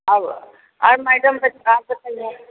अब और मैडम कुछ आप बताइए अब